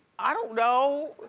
i don't know.